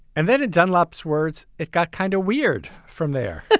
and then it dunlop's words, it got kind of weird from there,